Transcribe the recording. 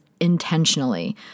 intentionally